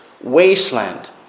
wasteland